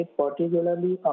particularly